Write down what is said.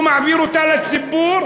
הוא מעביר אותה לציבור,